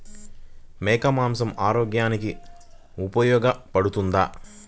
మేక మాంసం ఆరోగ్యానికి ఉపయోగపడుతుందా?